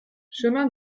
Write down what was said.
chemin